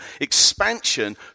expansion